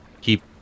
Keep